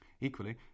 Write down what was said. Equally